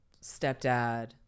stepdad